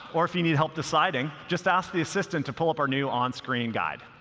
or if you need help deciding, just ask the assistant to pull up our new onscreen guide.